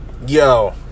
yo